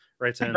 Right